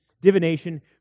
divination